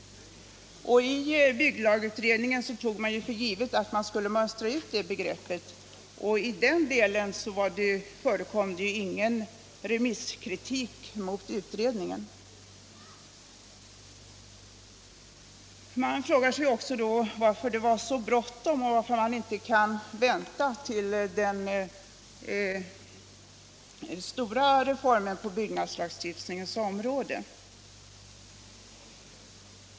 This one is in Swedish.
I byggnadslagutredningen tog man för givet att man skulle mönstra ut det begreppet, och i den delen förekom det ingen remisskritik mot utredningen. Man har frågat varför det var så bråttom och varför man inte kan vänta på den stora reformen på byggnadslagstiftningens område.